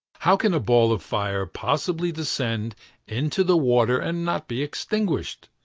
how can a ball of fire possibly descend into the water and not be extinguished?